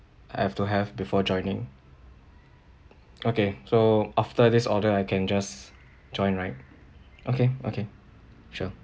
I have to have before joining okay so after this order I can just join right okay okay sure